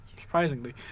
Surprisingly